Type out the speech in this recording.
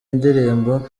indirimbo